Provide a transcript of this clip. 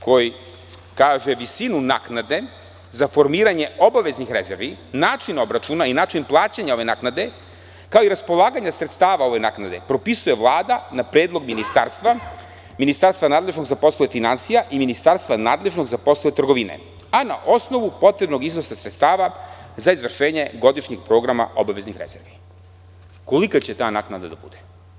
Kaže: „Visinu naknade za formiranje obaveznih rezervi, način obračuna, način plaćanja ove naknade, kao i raspolaganje sredstvima ove naknade propisuje Vlada na predlog ministarstva nadležnog za poslove finansija i ministarstva nadležno za poslove trgovine, a na osnovu potrebnog iznosa sredstava za izvršenje godišnjeg programa obaveznih rezervi.“ Kolika će ta naknada biti?